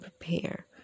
prepare